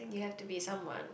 you have to be someone